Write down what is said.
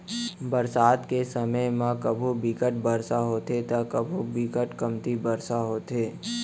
बरसात के समे म कभू बिकट बरसा होथे त कभू बिकट कमती बरसा होथे